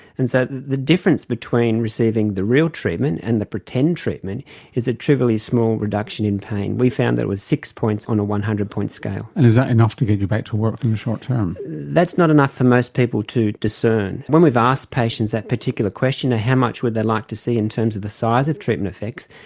and so the difference between receiving the real treatment and the pretend treatment is a trivially small reduction in pain. we found that it was six points on a one hundred point scale. and is that enough to get you back to work in the short term? that's not enough for most people to discern. when we asked patients that particular question, ah how much would they like to see in terms of the size of treatment effects,